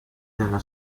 della